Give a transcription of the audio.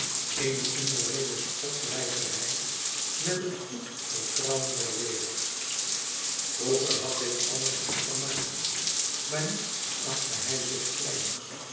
eene immoreele spotdrijverij met het goed vertrouwen der wereld vroeger had dit alles hem vermaakt maar nu achtte hij zich klein